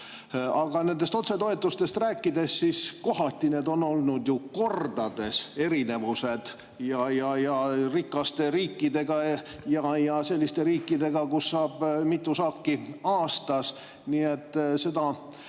kui nendest otsetoetustest rääkida, siis kohati on ju kordades erinevused olnud rikaste riikidega ja selliste riikidega, kus saab mitu saaki aastas. Nii et seda